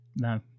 no